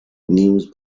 news